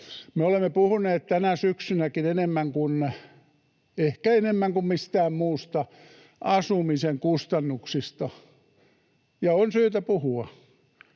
Me olemme puhuneet tänä syksynäkin — ehkä enemmän kuin mistään muusta — asumisen kustannuksista, ja on syytä puhua.